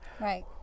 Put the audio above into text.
Right